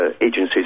agencies